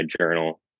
journal